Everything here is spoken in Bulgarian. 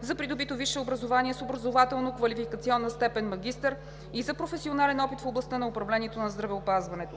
за придобито висше образование с образователно-квалификационна степен „магистър“ и за професионален опит в областта на управлението на здравеопазването.